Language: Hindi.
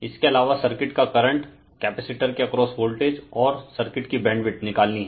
इसके अलावा सर्किट का करंट कैपीसिटर के अक्रॉस वोल्टेज और सर्किट की बैंडविड्थ निकालनी हैं